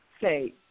say